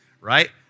right